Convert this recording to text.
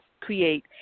create